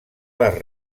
les